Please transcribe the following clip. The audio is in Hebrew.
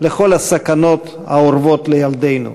לכל הסכנות האורבות לילדינו.